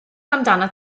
amdanat